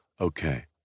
Okay